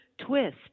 twist